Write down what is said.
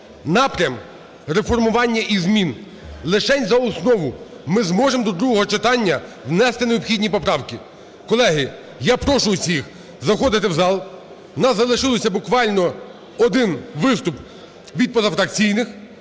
напрям реформування і змін. Лишень за основу, ми зможемо до другого читання внести необхідні поправки. Колеги, я прошу всіх заходити в зал, у нас залишилося буквально один виступ від позафракційних,